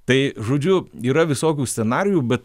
tai žodžiu yra visokių scenarijų bet